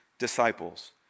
disciples